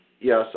yes